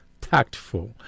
Tactful